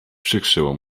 przykrzyło